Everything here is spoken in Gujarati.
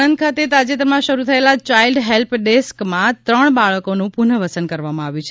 આણંદ ખાતે તાજેતરમાં શરૂ થયેલા ચાઇલ્ડ હેલ્પ ડેસ્કમાં ત્રણ બાળકોનું પુનર્વસન કરવામાં આવ્યું છે